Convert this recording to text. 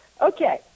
Okay